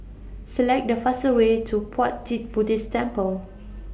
Select The faster Way to Puat Jit Buddhist Temple